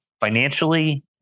Financially